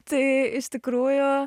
tai iš tikrųjų